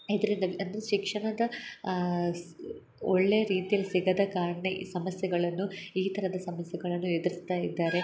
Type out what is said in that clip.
ಇದರಿಂದ ಅಂದರೆ ಶಿಕ್ಷಣದ ಸ್ ಒಳ್ಳೆಯ ರೀತಿಯಲ್ಲಿ ಸಿಗದ ಕಾರಣ ಈ ಸಮಸ್ಯೆಗಳನ್ನು ಈ ಥರದ ಸಮಸ್ಯೆಗಳನ್ನು ಎದ್ರಿಸ್ತಾ ಇದ್ದಾರೆ